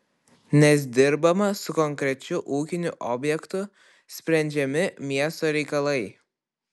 nes dirbama su konkrečiu ūkiniu objektu sprendžiami miesto reikalai